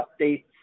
updates